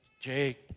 Jake